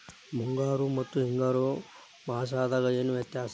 ಮುಂಗಾರು ಮತ್ತ ಹಿಂಗಾರು ಮಾಸದಾಗ ಏನ್ ವ್ಯತ್ಯಾಸ?